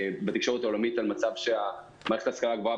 בתקשורת העולמית על מצב שמערכת ההשכלה הגבוהה